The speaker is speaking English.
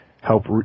help